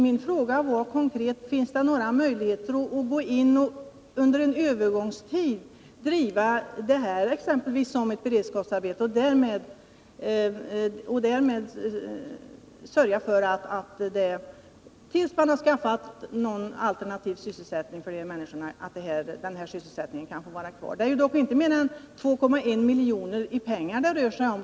Min fråga var konkret: Finns det några möjligheter att gå in och under en övergångstid driva verksamheten exempelvis som beredskapsarbete, så att sysselsättningen kan få vara kvar tills någon alternativ sysselsättning för dessa människor har skaffats fram? Det är dock inte mer än 2,1 milj.kr. i pengar som det rör sig om.